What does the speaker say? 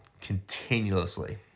continuously